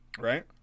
Right